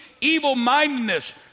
evil-mindedness